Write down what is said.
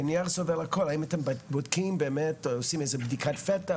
האם אתם בודקים או עושים בדיקת פתע?